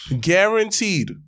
guaranteed